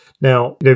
Now